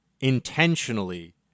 intentionally